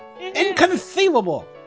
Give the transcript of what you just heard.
Inconceivable